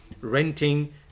renting